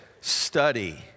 Study